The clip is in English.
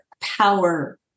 power